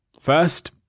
First